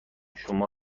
شما